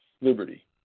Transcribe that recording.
liberty